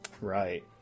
Right